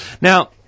Now